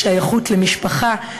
לשייכות למשפחה,